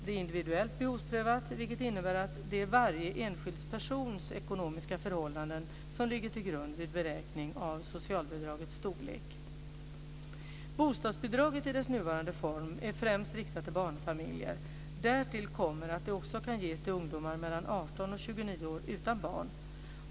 Det är individuellt behovsprövat, vilket innebär att det är varje enskild persons ekonomiska förhållanden som ligger till grund vid beräkning av socialbidragets storlek. Bostadsbidraget i dess nuvarande form är främst riktat till barnfamiljer. Därtill kommer att det också kan ges till ungdomar mellan 18 och 29 år utan barn.